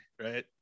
right